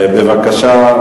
בבקשה,